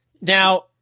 Now